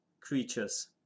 creatures